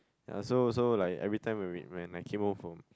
ya so so like every time when we when I came home from